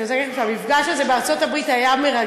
אני רוצה להגיד לכם שהמפגש הזה בארצות-הברית היה מרגש,